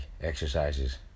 exercises